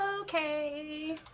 Okay